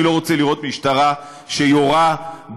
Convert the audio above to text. אני לא רוצה לראות משטרה שיורה באזרחים.